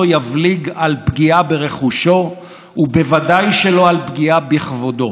אפתח בתודה והערכה לראש הממשלה וחבר הכנסת מר